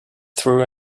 through